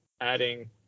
adding